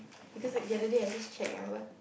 because like the other day I just check remember